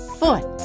foot